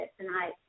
tonight